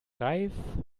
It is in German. reif